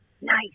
Nice